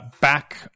back